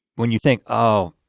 when you think oh,